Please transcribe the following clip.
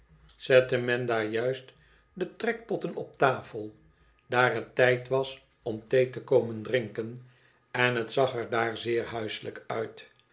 afschaffing juist de trekpotten op tafel daar het tijd was om thee te komen drinken en het zag er daar zeer huiselijk uit